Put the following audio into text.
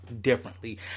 differently